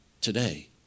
today